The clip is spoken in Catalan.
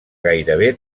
gairebé